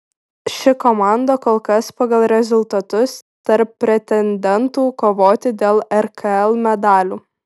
ši komanda kol kas pagal rezultatus tarp pretendentų kovoti dėl rkl medalių